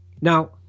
now